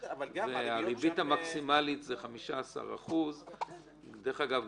והריבית המקסימלית היא 15%. דרך אגב,